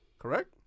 Correct